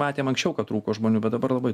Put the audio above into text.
matėm anksčiau kad trūko žmonių bet dabar labai